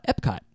Epcot